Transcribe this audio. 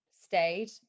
stayed